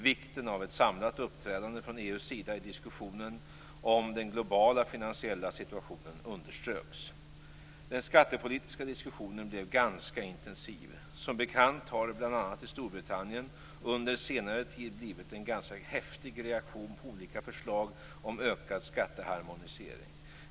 Vikten av ett samlat uppträdande från EU:s sida i diskussionen om den globala finansiella situationen underströks. Den skattepolitiska diskussionen blev ganska intensiv. Som bekant har det i bl.a. Storbritannien under senare tid blivit en ganska häftig reaktion på olika förslag om ökad skatteharmonisering.